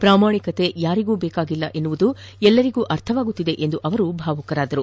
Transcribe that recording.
ಪ್ರಾಮಾಣಿಕತೆ ಯಾರಿಗೂ ಬೇಕಾಗಿಲ್ಲ ಎನ್ನುವುದು ಎಲ್ಲರಿಗೂ ಅರ್ಥವಾಗುತ್ತಿದೆ ಎಂದು ಭಾವುಕರಾದರು